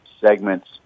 segments